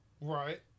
Right